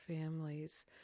families